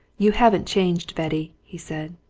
you haven't changed, betty, he said.